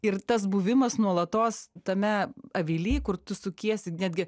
ir tas buvimas nuolatos tame avily kur tu sukiesi netgi